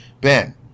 Ben